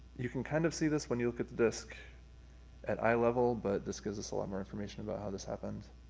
you can kind of see this when you look at the disc at eye level, but this gives us a lot more information about how this happened.